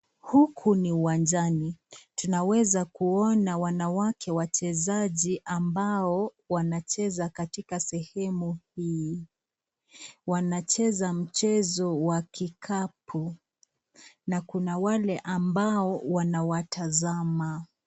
Huku ni uwanjani, tunaweza kuona wanawake wachezaji ambao wanacheza katika sehemu hii . Wanacheza mchezo wa kikapu. Na kuna wale ambao wanawatazama.